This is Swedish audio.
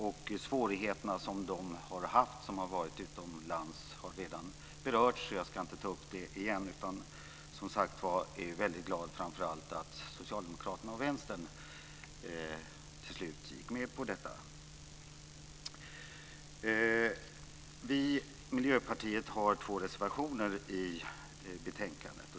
De svårigheter som de som har varit utomlands har haft har redan berörts, så jag ska inte ta upp det igen, utan jag är, som sagt var, väldigt glad åt att framför allt Socialdemokraterna och Vänstern till slut gick med på detta. Vi i Miljöpartiet har två reservationer i betänkandet.